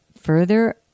further